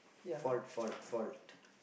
fault fault fault